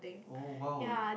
oh !wow!